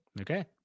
Okay